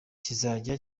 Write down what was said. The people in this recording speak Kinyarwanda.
kizajya